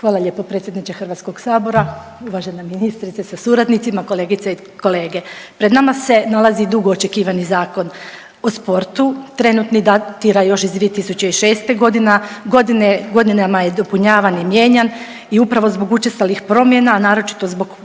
Hvala lijepo predsjedniče Hrvatskog sabora. Uvažena ministrice sa suradnicima, kolegice i kolege, pred nama se nalazi dugo očekivani Zakon o sportu, trenutni datira još iz 2006. godine, godinama je dopunjavan i mijenjan i upravo zbog učestalih promjena, naročito zbog potrebe